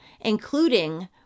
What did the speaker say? including